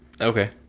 Okay